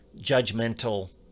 judgmental